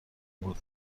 بود